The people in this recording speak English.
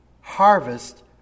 harvest